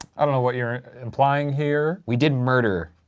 i don't know what you're implying here. we did murder